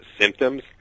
symptoms